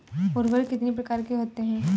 उर्वरक कितनी प्रकार के होते हैं?